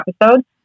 episode